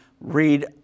read